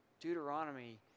Deuteronomy